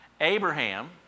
Abraham